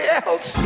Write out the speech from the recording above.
else